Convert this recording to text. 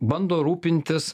bando rūpintis